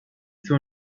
suo